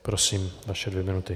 Prosím, vaše dvě minuty.